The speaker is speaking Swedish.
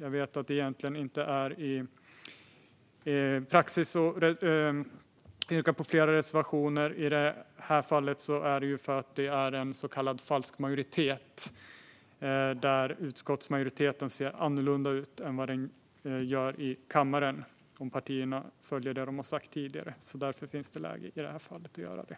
Jag vet att det egentligen inte är praxis att yrka bifall till flera reservationer. I det här fallet gör jag det för att vi har en så kallad falsk majoritet, där utskottsmajoriteten ser annorlunda ut än majoriteten i kammaren, om partierna följer det de tidigare har sagt. Därför finns det skäl att göra